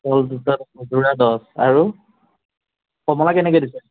কল দুটা যোৰা দহ আৰু কমলা কেনেকৈ দিছে